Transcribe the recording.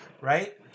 right